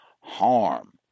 harm